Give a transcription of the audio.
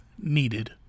needed